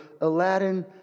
Aladdin